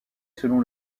selon